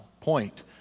point